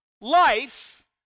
life